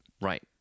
Right